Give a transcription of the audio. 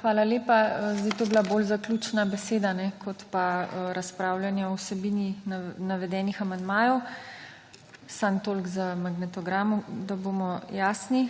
hvala lepa. Zdaj, to je bila bolj zaključna beseda, kot pa razpravljanje o vsebini navedenih amandmajev, samo toliko za magnetogram, da bomo jasni.